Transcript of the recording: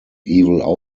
evil